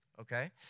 okay